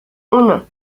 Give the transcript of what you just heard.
uno